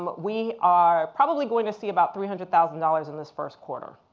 but we are probably going to see about three hundred thousand dollars in this first quarter.